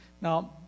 now